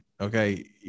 okay